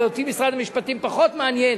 ואותי משרד המשפטים פחות מעניין,